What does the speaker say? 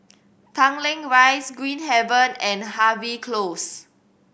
Tanglin Rise Green Haven and Harvey Close